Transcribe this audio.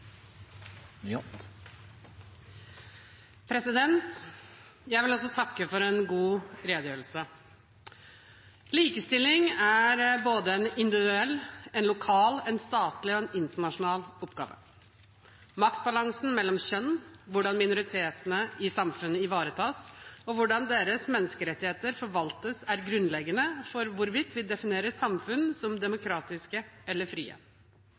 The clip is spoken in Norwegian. både en individuell, en lokal, en statlig og en internasjonal oppgave. Maktbalansen mellom kjønn, hvordan minoritetene i samfunnet ivaretas og hvordan deres menneskerettigheter forvaltes er grunnleggende for hvorvidt vi definerer samfunn som demokratiske eller frie.